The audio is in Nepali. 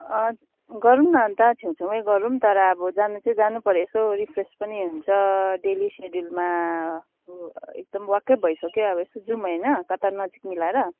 अँ गरौँ न अन्त छेउ छेउमै गरौँ तर अब जानु चाहिँ जानु पर्यो यसो रिफ्रेस पनि हुन्छ डेली सेड्युलमा एक्दम वाक्कै भइसक्यो अब यसो जाऔँ होइन कता नजिक मिलाएर